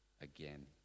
again